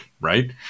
right